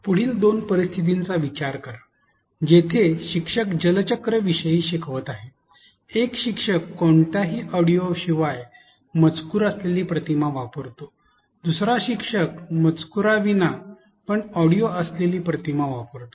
पुढील दोन परिस्थितींचा विचार करा जेथे शिक्षक जलचक्र विषयी शिकवत आहेत एक शिक्षक कोणत्याही ऑडिओ शिवाय मजकूर असलेली प्रतिमा वापरतो दुसरा शिक्षक मजकूरविना पण ऑडिओ असलेली प्रतिमा वापरतो